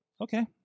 Okay